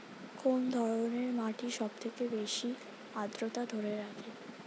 কোন ধরনের মাটি সবথেকে বেশি আদ্রতা ধরে রাখে?